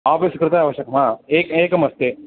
office कृते आवश्यकं वा एक् एकमस्ति